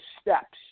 steps